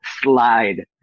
slide